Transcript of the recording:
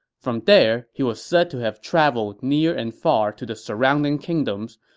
from there, he was said to have traveled near and far to the surrounding kingdoms,